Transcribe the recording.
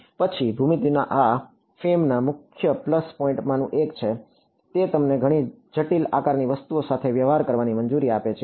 પછી ભૂમિતિ આ ફેમના મુખ્ય પ્લસ પોઇન્ટમાંનું એક છે તે તમને ઘણી જટિલ આકારની વસ્તુઓ સાથે વ્યવહાર કરવાની મંજૂરી આપે છે